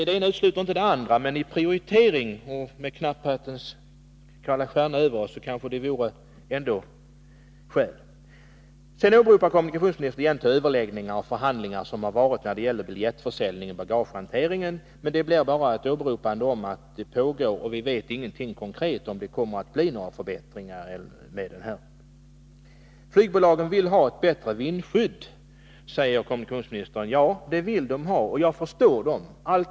Det ena utesluter inte det andra, men vi kanske ändå, med knapphetens kalla stjärna över oss, skulle ha skäl att prioritera om. Kommunikationsministern åberopade sedan de överläggningar och förhandlingar som förs när det gäller biljettförsäljningen och bagagehanteringen, men vi får bara veta att de pågår och inte om det kommer att bli några förbättringar. Flygbolagen vill ha ett bättre vindskydd, säger kommunikationsministern. Ja, det vill de ha, och jag förstår dem.